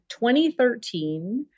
2013